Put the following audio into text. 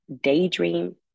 Daydream